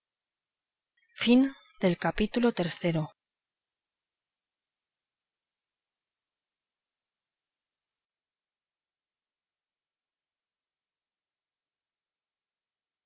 fin del capítulo